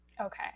Okay